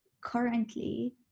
currently